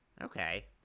Okay